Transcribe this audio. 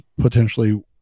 potentially